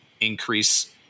increase